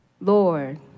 Lord